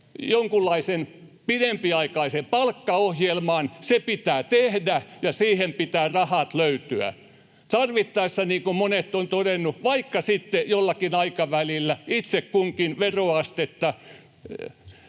jonkunlaisen pidempiaikaisen palkkaohjelman. Se pitää tehdä, ja siihen pitää rahat löytyä, tarvittaessa, niin kuin monet ovat todenneet, vaikka sitten jollakin aikavälillä itse kunkin veroastetta